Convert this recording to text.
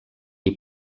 est